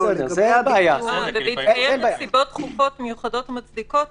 "ובהתקיים נסיבות דחופות מיוחדות מצדיקות זאת,